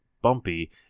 bumpy